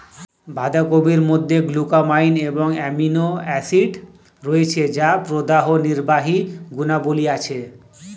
বাঁধাকপির মধ্যে গ্লুটামাইন এবং অ্যামাইনো অ্যাসিড রয়েছে যার প্রদাহনির্বাহী গুণাবলী আছে